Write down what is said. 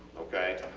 okay?